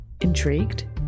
Intrigued